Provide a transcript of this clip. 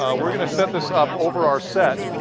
ah we're going to set this up over our set.